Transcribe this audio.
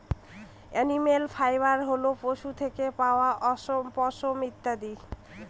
animal fibre হল পশু থেকে পাওয়া অশম, পশম ইত্যাদি